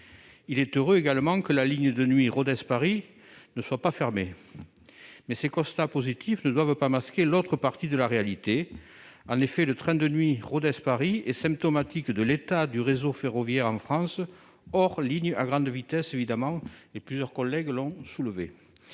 il est heureux également que la ligne de nuit Rodez Paris ne soit pas fermée mais ces constats positifs ne doivent pas masquer l'autre partie de la réalité, en effet, le train de nuit Rodez Paris est symptomatique de l'état du réseau ferroviaire en France hors ligne à grande vitesse, évidemment, et plusieurs collègues l'ont soulevé